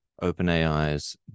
OpenAI's